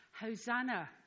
Hosanna